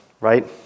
right